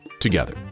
together